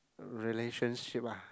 relationship ah